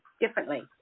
differently